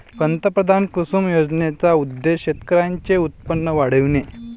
पंतप्रधान कुसुम योजनेचा उद्देश शेतकऱ्यांचे उत्पन्न वाढविणे